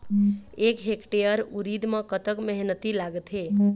एक हेक्टेयर उरीद म कतक मेहनती लागथे?